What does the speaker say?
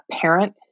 parent